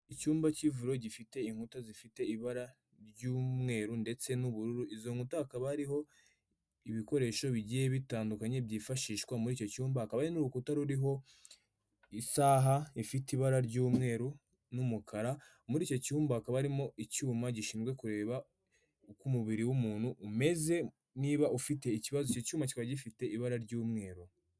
Icyumba cy'vuro gifite inkuta zifite ibara ry'umweru ndetse n'ubururu izo nkuta hakaba hariho ibikoresho bigiye bitandukanye byifashishwa muri icyo cyumba hakaba n'urukuta ruriho isaha ifite ibara ry'umweru n'umukara muri icyo cyumba ha akaba harimo icyuma gishinzwe kureba uko umubiri w'umuntu umeze niba ufite ikibazo icyo cyuma kiba gifite ibara ry'umweru.